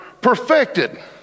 perfected